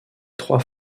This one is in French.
trois